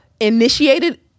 initiated